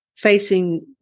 facing